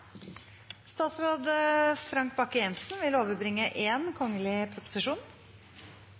Statsråd Frank Bakke-Jensen vil overbringe 1 kgl. proposisjon.